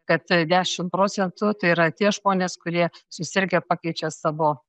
kad dešim procentų tai yra tie žmonės kurie susirgę pakeičia savo